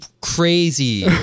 crazy